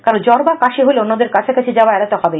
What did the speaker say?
কারো জ্বর বা কাশি হলে অন্যদের কাছাকাছি যাওয়া এডাতে হবে